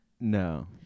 No